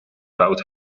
bouwt